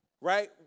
right